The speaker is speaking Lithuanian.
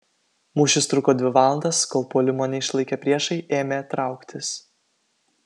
mūšis truko dvi valandas kol puolimo neišlaikę priešai ėmė trauktis